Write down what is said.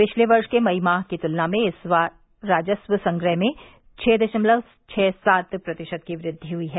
पिछले वर्ष के मई माह की तुलना में इस बार राजस्व संग्रह में छह दशमलव छह सात प्रतिशत की वृद्धि हुई है